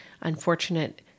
unfortunate